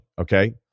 okay